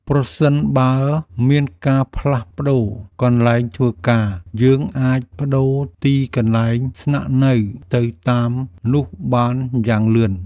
ប្រសិនបើមានការផ្លាស់ប្តូរកន្លែងធ្វើការ យើងអាចប្តូរទីកន្លែងស្នាក់នៅទៅតាមនោះបានយ៉ាងលឿន។